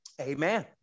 Amen